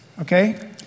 Okay